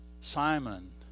Simon